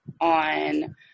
on